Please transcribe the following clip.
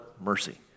mercy